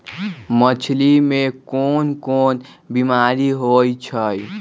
मछरी मे कोन कोन बीमारी होई छई